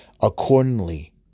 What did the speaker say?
Accordingly